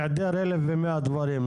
היעדר אלף ומאה דברים.